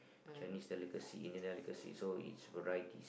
Chinese delicacy Indian delicacy so is variety